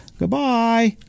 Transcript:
Goodbye